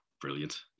brilliant